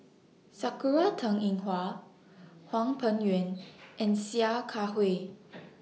Sakura Teng Ying Hua Hwang Peng Yuan and Sia Kah Hui